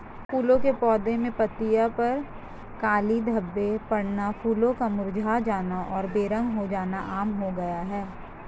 फूलों के पौधे में पत्तियों पर काले धब्बे पड़ना, फूलों का मुरझा जाना और बेरंग हो जाना आम हो गया है